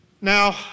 Now